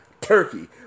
turkey